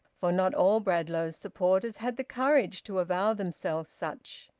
for not all bradlaugh's supporters had the courage to avow themselves such.